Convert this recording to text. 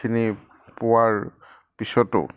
খিনি পোৱাৰ পিছতো